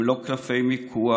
הם לא קלפי מיקוח,